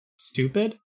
stupid